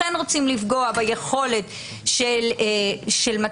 לכן רוצים לפגוע ביכולת של הסולידריות,